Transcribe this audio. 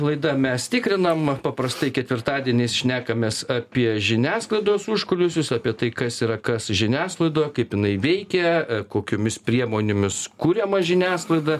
laida mes tikrinam paprastai ketvirtadieniais šnekamės apie žiniasklaidos užkulisius apie tai kas yra kas žiniasklaidoje kaip jinai veikia kokiomis priemonėmis kuriama žiniasklaida